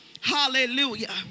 Hallelujah